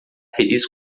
feliz